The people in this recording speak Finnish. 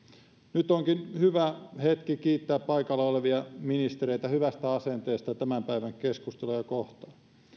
nyt onkin hyvä hetki kiittää paikalla olevia ministereitä hyvästä asenteesta tämän päivän keskustelua kohtaan